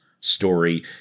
story